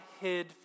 hid